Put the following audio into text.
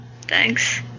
Thanks